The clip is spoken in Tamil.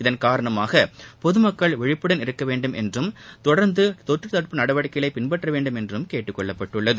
இதன் காரணமாக பொதுமக்கள் விழிப்புடன் இருக்க வேண்டும் என்றும் தொடர்ந்து தொற்று தடுப்பு நடவடிக்கைகளை பின்பற்ற வேண்டும் என்றும் கேட்டுக்கொள்ளப்பட்டுள்ளது